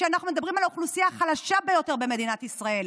ואנחנו מדברים על האוכלוסייה החלשה ביותר במדינת ישראל.